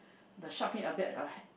the shark fin a bit like